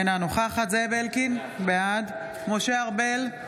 אינה נוכחת זאב אלקין, בעד משה ארבל,